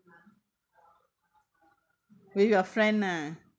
with your friend lah